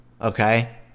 Okay